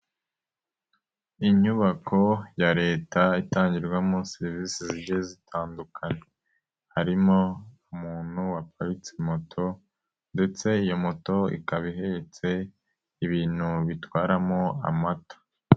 Inyubako ya leta itangirwamo serivise zigiye zitandukanye; harimo umuntu waparitse moto ndetse iyi moto ikaba ihetse ibintu batwaramo amata.